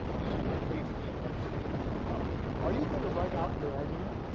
this better leads me as i say to number nine are you going to write out your argument?